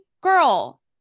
girl